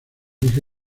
dirige